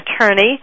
attorney